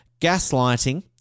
Gaslighting